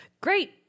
great